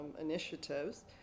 initiatives